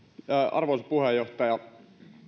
arvoisa puheenjohtaja